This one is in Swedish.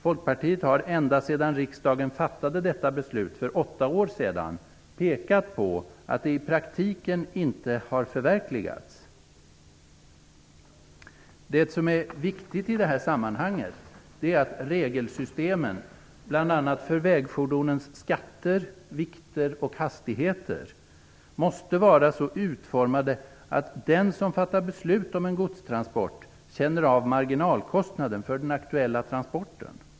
Folkpartiet har ända sedan riksdagen fattade detta beslut, för åtta år sedan, pekat på att det i praktiken inte har förverkligats. Det som är viktigt i det här sammanhanget är att regelsystemen, bl.a. för vägfordonens skatter, vikter och hastigheter, måste vara så utformade att den som fattar beslut om en godstransport känner av marginalkostnaden för den aktuella transporten.